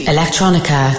Electronica